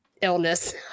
illness